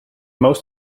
most